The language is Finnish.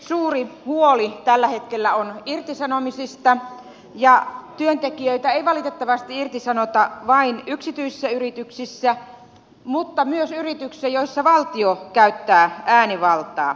suuri huoli tällä hetkellä on irtisanomisista ja työntekijöitä ei valitettavasti irtisanota vain yksityisissä yrityksissä mutta myös yrityksissä joissa valtio käyttää äänivaltaa